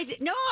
No